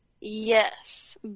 Yes